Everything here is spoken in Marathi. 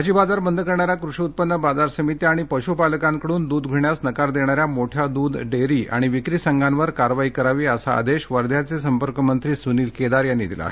भाजी बाजार बंद करणाऱ्या कृषी उत्पन्न बाजार समित्या आणि पश्पालकांकडून दूध घेण्यास नकार देण्याऱ्या मोठ्या दूध डेअरी आणि विक्री संघावर कारवाई करावी असा आदेश वध्याचे संपर्कमंत्री सुनील केदार यांनी दिला आहे